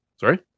sorry